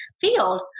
field